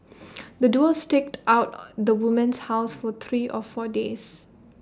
the duo staked out the woman's house for three or four days